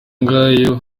ngayo